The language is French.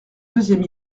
deuxième